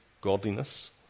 godliness